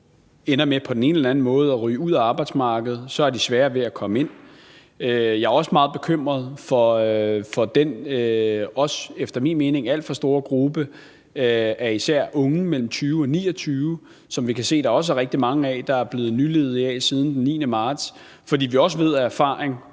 ene eller den anden måde ender med at ryge ud af arbejdsmarkedet, har de sværere ved at komme ind. Jeg er også meget bekymret for den efter min mening alt for store gruppe af især unge mellem 20 år og 29 år, som vi kan se der også er rigtig mange der er blevet nyledige af siden den 9. marts, fordi vi også ved af erfaring